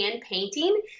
painting